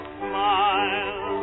smile